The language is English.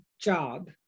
job